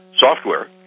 software